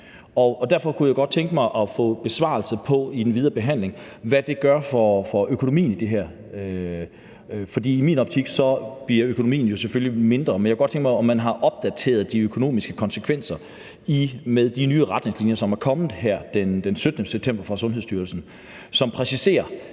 Derfor kunne jeg godt tænke mig i den videre behandling at få svar på, hvad det gør for økonomien i det her. For i min optik bliver økonomien jo selvfølgelig mindre, men jeg kunne godt tænke mig at høre, om man har opdateret de økonomiske konsekvenser med de nye retningslinjer, som er kommet fra Sundhedsstyrelsen her den 17. september, som præciserer,